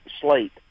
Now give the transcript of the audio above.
slate